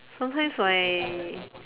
sometimes my